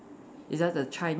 is that the Chinese